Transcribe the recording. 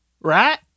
right